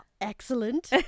Excellent